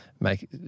make